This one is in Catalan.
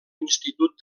institut